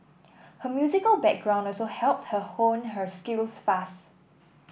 her musical background also helped her hone her skills fast